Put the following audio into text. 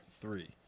three